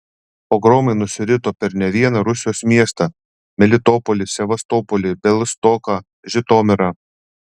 pogromai nusirito per ne vieną rusijos miestą melitopolį sevastopolį bialystoką žitomirą